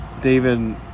David